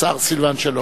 השר סילבן שלום.